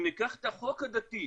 אם ניקח את החוק הדתי,